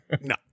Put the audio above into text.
No